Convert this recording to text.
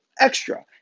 extra